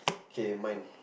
K mine